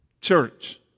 church